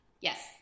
yes